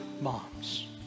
moms